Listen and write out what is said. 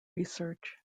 research